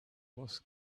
was